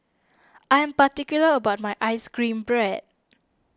I am particular about my Ice Cream Bread